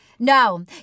No